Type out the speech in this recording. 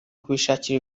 kubishakira